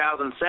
2007